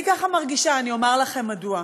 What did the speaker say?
אני ככה מרגישה, אני אומר לכם מדוע.